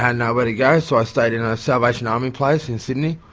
had nowhere to go so i stayed in a salvation army place in sydney,